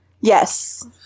Yes